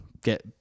get